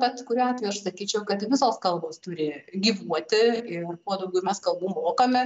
bet kurio atvejų aš sakyčiau kad visos kalbos turi gyvuoti ir kuo daugiau mes kalbų mokame